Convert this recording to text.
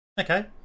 okay